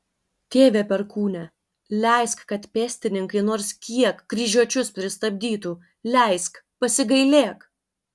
tėve perkūne leisk kad pėstininkai nors kiek kryžiuočius pristabdytų leisk pasigailėk